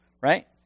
right